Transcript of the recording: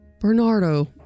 Bernardo